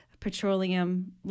petroleum